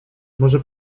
może